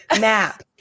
map